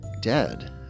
dead